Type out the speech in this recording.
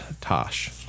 Tosh